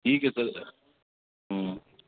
ٹھیک ہے سر ہوں